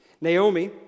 Naomi